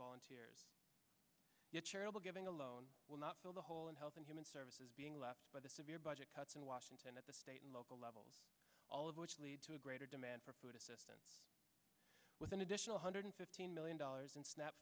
volunteers charitable giving alone will not fill the hole and health and human services being left by the severe budget cuts in washington at the state and local level all of which lead to a greater demand for food assistance with an additional hundred fifteen million dollars in snap